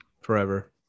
forever